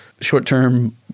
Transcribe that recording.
Short-term